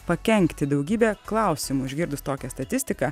pakenkti daugybė klausimų išgirdus tokią statistiką